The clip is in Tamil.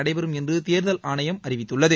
நடைபெறும் என்று தேர்தல் ஆணையம் அறிவித்துள்ளது